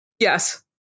Yes